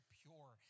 pure